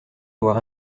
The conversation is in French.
avoir